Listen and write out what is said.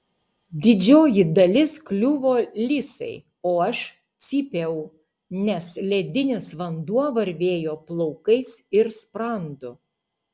didžioji dalis kliuvo lisai o aš cypiau nes ledinis vanduo varvėjo plaukais ir sprandu